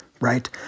right